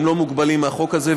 והם לא מוגבלים בחוק הזה,